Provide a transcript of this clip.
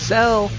Sell